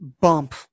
bump